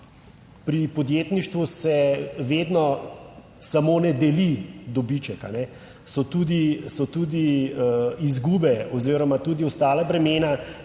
pri podjetništvu se vedno samo ne deli dobiček, a ne? So tudi, so tudi izgube oziroma tudi ostala bremena,